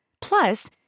Plus